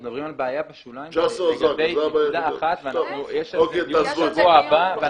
אנחנו מדברים על בעיית השוליים לגבי --- יש על זה דיון בשבוע הבא.